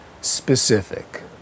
specific